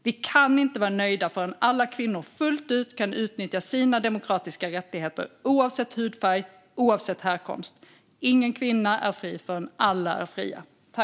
Vi kan inte vara nöjda förrän alla kvinnor fullt ut kan utnyttja sina demokratiska rättigheter oavsett hudfärg och oavsett härkomst. Ingen kvinna är fri förrän alla är fria.